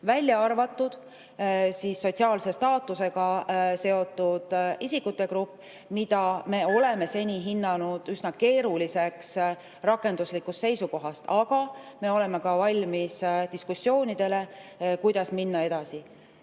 välja arvatud sotsiaalse staatusega seotud isikute grupp, mida me oleme seni hinnanud üsna keeruliseks rakenduslikust seisukohast. Aga me oleme valmis diskussioonideks, kuidas minna edasi.